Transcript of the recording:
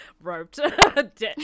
roped